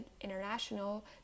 international